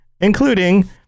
including